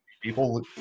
people